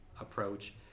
approach